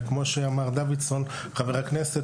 כמו שאמר חבר הכנסת דוידסון,